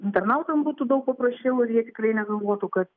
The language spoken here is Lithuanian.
internautam būtų daug paprasčiau ir jie tikrai negalvotų kad